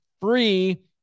free